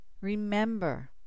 Remember